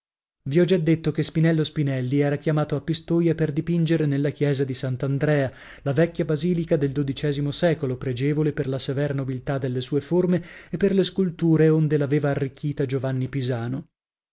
vi ho già detto che spinello spinelli era chiamato a pistoia per dipingere nella chiesa di sant'andrea la vecchia basilica del xii secolo pregevole per la severa nobiltà delle sue forme e per le sculture onde l'aveva arricchita giovanni pisano